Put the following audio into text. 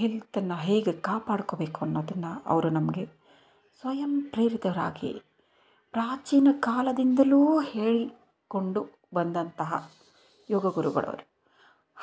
ಹೆಲ್ತನ್ನು ಹೇಗೆ ಕಾಪಾಡ್ಕೊಬೇಕು ಅನ್ನೋದನ್ನು ಅವರು ನಮಗೆ ಸ್ವಯಂಪ್ರೇರಿತರಾಗಿ ಪ್ರಾಚೀನ ಕಾಲದಿಂದಲೂ ಹೇಳಿಕೊಂಡು ಬಂದಂತಹ ಯೋಗ ಗುರುಗಳವರು